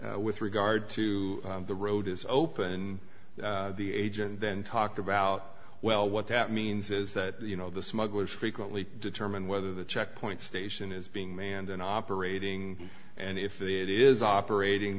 with regard to the road is open the agent then talked about well what that means is that you know the smugglers frequently determine whether the checkpoint station is being manned and operating and if the it is operating